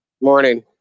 Morning